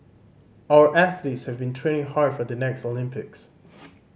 our athletes have been training hard for the next Olympics